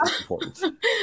important